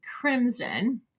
Crimson